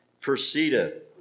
proceedeth